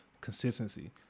consistency